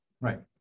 right